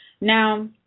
Now